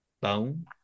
Bone